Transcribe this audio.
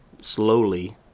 slowly